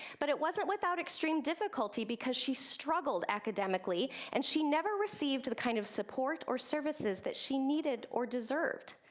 but it wasn't without extreme difficulty, because she struggled academically and she never received the kind of support or services that she needed or deserved.